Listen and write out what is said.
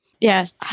Yes